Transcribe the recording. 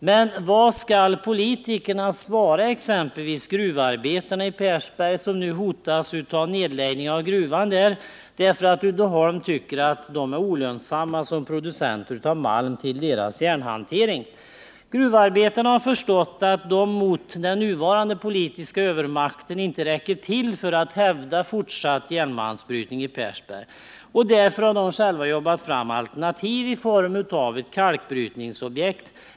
Men vad skall politikerna svara exempelvis gruvarbetar nai Persberg, som nu hotas med nedläggning av gruvan, därför att Uddeholm tycker att de är olönsamma som producenter av malm till dess järnhantering? 'Gruvarbetarna har förstått att de mot den nuvarande politiska övermakten inte räcker till för att hävda fortsatt järnmalmsbrytning i Persberg. Därför har de själva jobbat fram alternativ i form av ett kalkbrytningsobjekt.